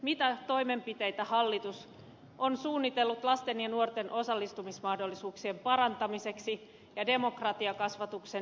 mitä toimenpiteitä hallitus on suunnitellut lasten ja nuorten osallistumismahdollisuuksien parantamiseksi ja demokratiakasvatuksen lisäämiseksi suomessa